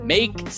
Make